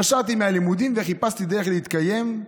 נשרתי מהלימודים וחיפשתי דרך להתקיים.